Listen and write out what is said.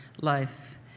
life